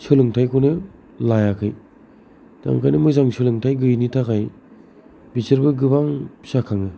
सोलोंथाइखौनो लायाखै बेखायनो मोजां सोलोंथाय गैयिनि थाखाय बिसोरबो गोबां फिसा खाङो